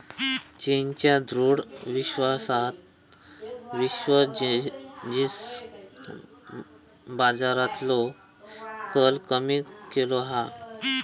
चीनच्या दृढ विश्वासान विश्व जींस बाजारातलो कल कमी केलो हा